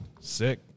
sick